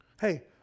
Hey